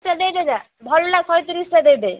କେତେ ଭଲ ଶହେତିରିଶିଟା ଦେଇଦେ